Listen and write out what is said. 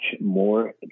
more